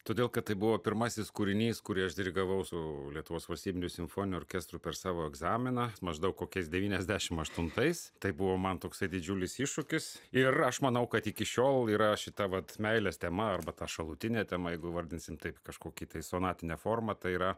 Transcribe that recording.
todėl kad tai buvo pirmasis kūrinys kurį aš dirigavau su lietuvos valstybiniu simfoniniu orkestru per savo egzaminą maždaug kokiais devyniasdešim aštuntais tai buvo man toksai didžiulis iššūkis ir aš manau kad iki šiol yra šita vat meilės tema arba ta šalutinė tema jeigu įvardinsim taip kažkokį tai sonatinę formą tai yra